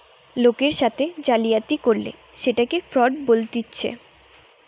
লোকের সাথে জালিয়াতি করলে সেটকে ফ্রড বলতিছে